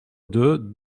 deux